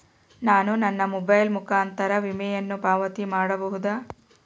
ನಾನು ನನ್ನ ಮೊಬೈಲ್ ಮುಖಾಂತರ ವಿಮೆಯನ್ನು ಪಾವತಿ ಮಾಡಬಹುದಾ?